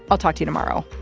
i'll talk to you tomorrow